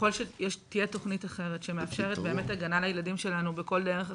אם תהיה תוכנית אחרת שמאפשרת הגנה לילדים שלנו בכל דרך אחרת,